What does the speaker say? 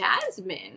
Jasmine